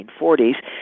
1940s